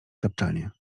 tapczanie